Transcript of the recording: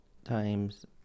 Times